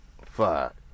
Fuck